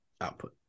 output